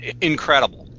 incredible